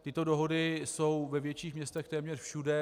Tyto dohody jsou ve větších městech téměř všude.